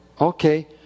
Okay